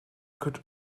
could